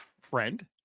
friend